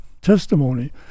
testimony